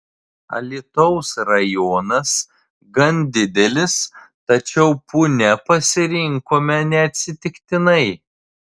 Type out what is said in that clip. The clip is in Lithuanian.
alytaus rajonas gan didelis tačiau punią pasirinkome neatsitiktinai